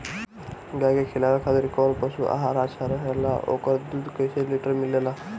गाय के खिलावे खातिर काउन पशु आहार अच्छा रहेला और ओकर दुध कइसे लीटर मिलेला?